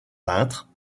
peintre